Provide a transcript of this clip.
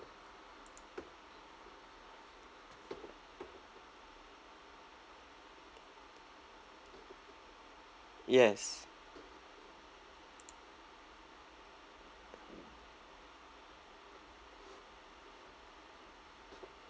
yes